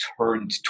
turned